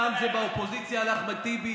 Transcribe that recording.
פעם זה באופוזיציה על אחמד טיבי,